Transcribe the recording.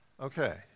Okay